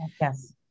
yes